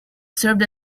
served